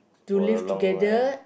for a long life